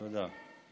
תודה.